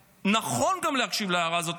שנכון גם להקשיב להערה הזאת,